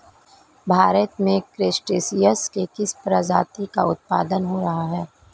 भारत में क्रस्टेशियंस के किस प्रजाति का उत्पादन हो रहा है?